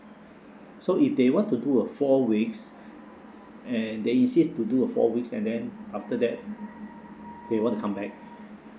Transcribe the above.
so if they want to do a four week and they insist to do a four weeks and then after that they want to come back